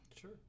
Sure